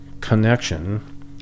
connection